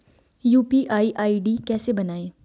UPI ID कैसे बनाएं?